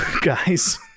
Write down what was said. guys